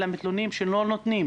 אלא מתלוננים על כך שלא נותנים.